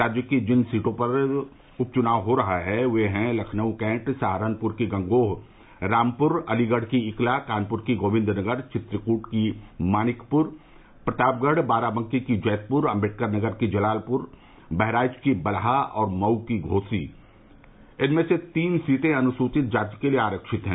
राज्य की जिन सीटों पर चुनाव हो रहा है वे है लखनऊ कैण्ट सहारनपुर की गंगोह रामपुर अलीगढ़ की इकला कानपुर की गोविन्दनगर चित्रकूट की मानिक पुर प्रतापगढ़ बाराबंकी की जैतपुर अम्बेडकरनगर की जलालपुर बहराइच की बलहा और मऊ की घोसी इनमें से तीन सीटें अनुसुवित जाति के लिए आरक्षित हैं